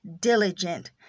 diligent